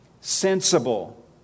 sensible